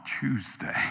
Tuesday